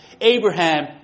Abraham